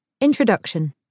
Introduction